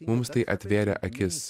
mums tai atvėrė akis